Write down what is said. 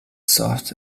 sort